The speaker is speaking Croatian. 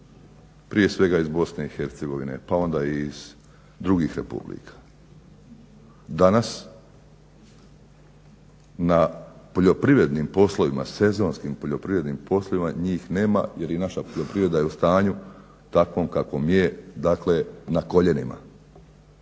prije svega iz BiH, pa onda iz drugih republika. Danas na poljoprivrednim sezonskim poslovima njih nema jer je naša poljoprivreda je u stanju takvom kakvom je dakle na koljenima.